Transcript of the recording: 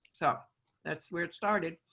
so that's where it started.